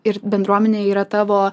ir bendruomenė yra tavo